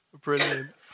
Brilliant